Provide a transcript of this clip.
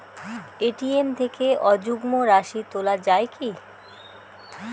ATM থেকে অযুগ্ম রাশি তোলা য়ায় কি?